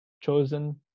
chosen